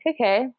okay